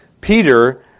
Peter